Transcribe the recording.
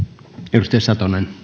arvoisa